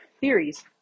theories